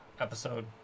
episode